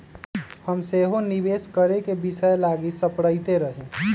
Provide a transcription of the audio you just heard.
हम सेहो निवेश करेके विषय लागी सपड़इते रही